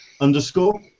underscore